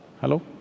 Hello